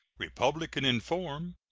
republican in form,